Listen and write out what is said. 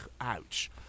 ouch